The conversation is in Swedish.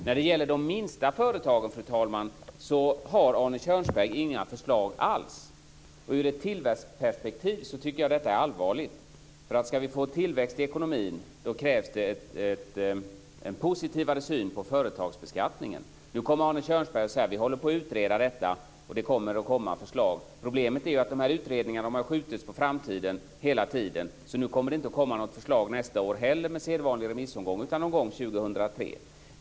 När det gäller de minsta företagen, fru talman, har Arne Kjörnsberg inga förslag alls. Ur ett tillväxtperspektiv tycker jag att detta är allvarligt, för om vi ska få tillväxt i ekonomin krävs det en positivare syn på företagsbeskattningen. Nu kommer Arne Kjörnsberg att säga: Vi håller på att utreda detta, och det kommer förslag. Problemet är att utredningarna har skjutits på framtiden hela tiden, så nu kommer det inte heller att komma något förslag nästa år med sedvanlig remissomgång utan någon gång 2003.